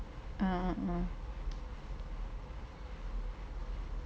uh uh uh